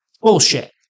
Bullshit